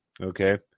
Okay